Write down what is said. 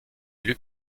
élu